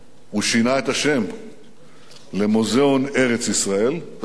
הוא שינה את השם למוזיאון ארץ-ישראל, ואחר כך